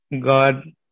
God